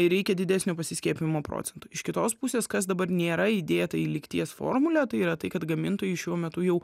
ir reikia didesnio pasiskiepijimo procento iš kitos pusės kas dabar nėra įdėta į lygties formulę tai yra tai kad gamintojai šiuo metu jau